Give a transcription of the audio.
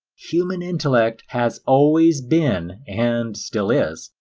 human intellect has always been, and still is,